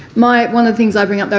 my one of the things i bring up,